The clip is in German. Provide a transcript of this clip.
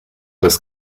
des